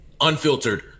unfiltered